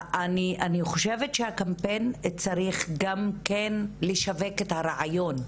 אני חושבת שהקמפיין צריך גם לשווק את הרעיון.